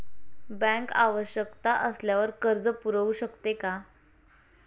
Bank आवश्यकता असल्यावर कर्ज पुरवू शकते का?